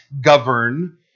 govern